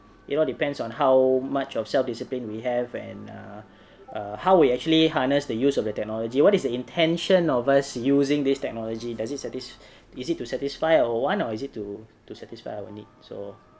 you know depends on how much of self discipline we have and err uh how we actually harness the use of the technology what is the intention of us using this technology does this sat~ is it to satisfy a want or is it to satisfy our needs so